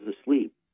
asleep